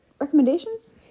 Recommendations